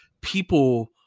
people